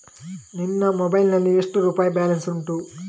ನಿನ್ನ ಮೊಬೈಲ್ ನಲ್ಲಿ ಎಷ್ಟು ರುಪಾಯಿ ಬ್ಯಾಲೆನ್ಸ್ ಉಂಟು?